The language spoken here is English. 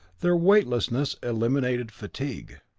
their weightlessness eliminated fatigue.